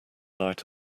night